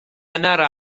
yna